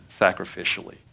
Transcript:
sacrificially